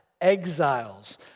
exiles